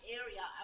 area